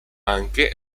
anche